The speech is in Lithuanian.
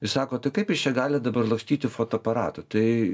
jis sako tai kaip jis čia gali dabar lakstyti fotoaparatu tai